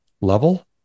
level